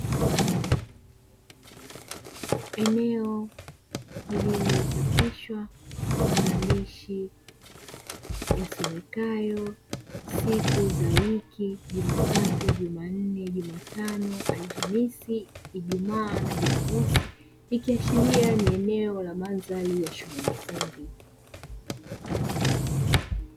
Eneo lililochapishwa maandishi yasomekayo "siku za wiki jumatatu, jumanne, jumatano, alhamisi, ijumaa na jumamosi" ikiashiria ni eneo la madhari ya shule ya msingi